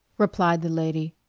replied the lady.